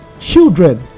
children